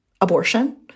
abortion